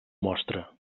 mostra